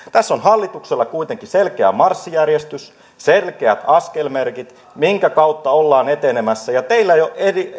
tässä on hallituksella kuitenkin selkeä marssijärjestys selkeät askelmerkit minkä kautta ollaan etenemässä ja teillä ei ole